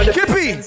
Kippy